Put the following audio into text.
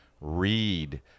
read